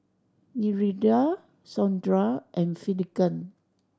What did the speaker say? Nereida Sondra and Finnegan